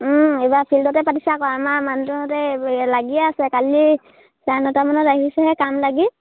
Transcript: এইবাৰ ফিল্ডতে পাতিছে আকৌ আমাৰ মানুহটোহঁতে লাগিয়ে আছে কালি চাৰে নটামানত আহিছেহে কাম লাগি